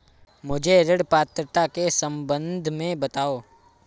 मुझे ऋण पात्रता के सम्बन्ध में बताओ?